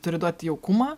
turi duot jaukumą